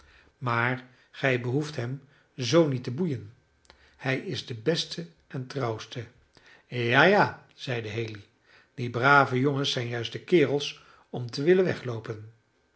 maar gij behoeft hem zoo niet te boeien hij is de beste en trouwste ja ja zeide haley die brave jongens zijn juist de kerels om te willen wegloopen